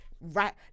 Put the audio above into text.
Right